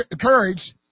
courage